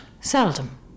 seldom